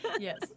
Yes